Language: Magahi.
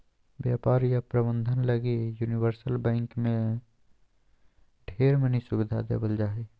व्यापार या प्रबन्धन लगी यूनिवर्सल बैंक मे ढेर मनी सुविधा देवल जा हय